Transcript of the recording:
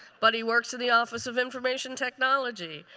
but he works in the office of information technology.